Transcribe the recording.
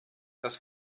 das